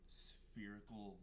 spherical